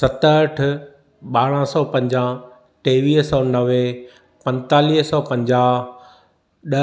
सतहठि ॿारहं सौ पंजाहु टेवीह सौ नवे पंतालीह सौ पंजाहु